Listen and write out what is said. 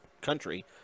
country